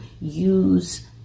use